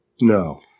No